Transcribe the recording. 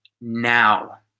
now